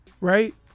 right